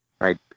Right